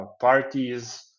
parties